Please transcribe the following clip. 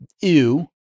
Ew